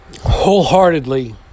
wholeheartedly